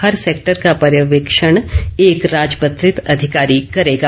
हर sector का पर्यवेक्षण एक राजपत्रित अधिकारी करेगा